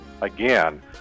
again